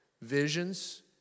visions